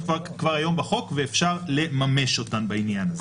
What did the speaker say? כבר היום בחוק ואפשר לממש אותן בעניין הזה.